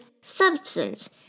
substance